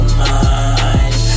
mind